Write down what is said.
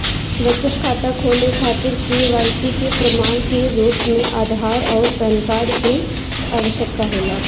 बचत खाता खोले खातिर के.वाइ.सी के प्रमाण के रूप में आधार आउर पैन कार्ड की आवश्यकता होला